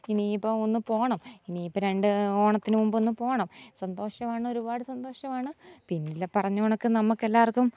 ഇനിയിപ്പോൾ ഒന്നു പോകണം ഇനിയിപ്പം രണ്ട് ഓണത്തിനു മുൻപൊന്നു പോകണം സന്തോഷമാണ് ഒരുപാട് സന്തോഷമാണ് പിന്നില്ലേ പറഞ്ഞ കണക്ക് നമുക്കെല്ലാവർക്കും